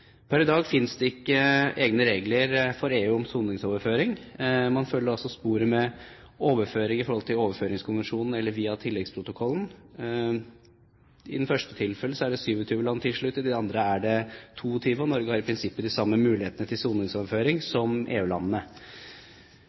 Per i dag finnes det ikke egne regler for EU om soningsoverføring. Man følger altså sporet med overføring i medhold av overføringskonvensjonen eller via tilleggsprotokollen. I det første tilfellet er det 27 land som er tilsluttet, i det andre er det 22. Norge har i prinsippet de samme mulighetene til soningsoverføring som